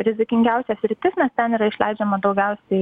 rizikingiausia sritis nes ten yra išleidžiama daugiausiai